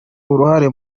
uruhare